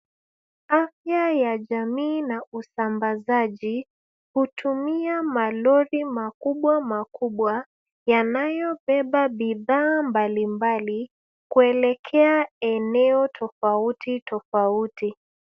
Afya ya jamii na usambazaji hutumia malori makubwa makubwa yanayobeba bidhaa mbalimbali kuelekea eneo tofautitofauti.